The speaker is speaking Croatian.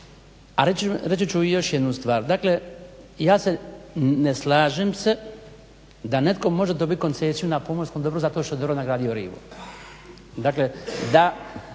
A reći ću još jednu stvar. Dakle, ne slažem se da netko može koncesiju na pomorskom dobru zato što je dobro nagradio rivu.